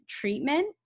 treatment